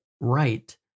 right